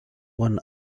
one